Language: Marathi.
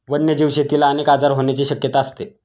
वन्यजीव शेतीला अनेक आजार होण्याची शक्यता असते